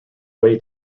way